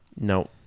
no